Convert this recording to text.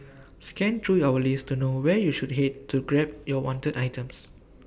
scan through our list to know where you should Head to to grab your wanted items